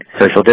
social